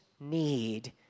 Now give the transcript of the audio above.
need